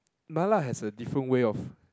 Mala has a different way of